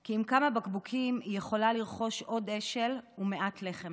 כי עם כמה בקבוקים היא יכולה לרכוש עוד אשל ומעט לחם,